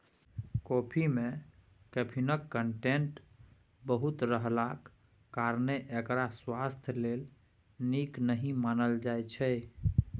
coffee मे कैफीनक content बहुत रहलाक कारणेँ एकरा स्वास्थ्य लेल नीक नहि मानल जाइ छै